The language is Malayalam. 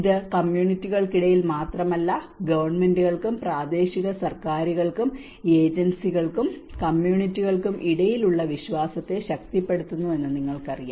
ഇത് കമ്മ്യൂണിറ്റികൾക്കിടയിൽ മാത്രമല്ല ഗവൺമെന്റുകൾക്കും പ്രാദേശിക സർക്കാരുകൾക്കും ഏജൻസികൾക്കും കമ്മ്യൂണിറ്റികൾക്കും ഇടയിലുള്ള വിശ്വാസത്തെ ശക്തിപ്പെടുത്തുന്നു എന്ന് നിങ്ങൾക്കറിയാം